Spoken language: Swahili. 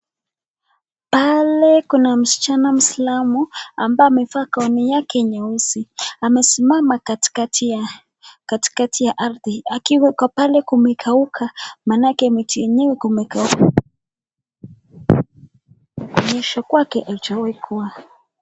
Pale kuna msichana Muislamu ambaye amevaa gauni yake nyeusi. Amesimama katikati ya katikati ya ardhi akiwa pale kumekauka. Maanake miti yenyewe kumekauka. Inaonyesha kwake haijawaikuwa.